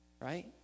right